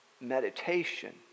meditation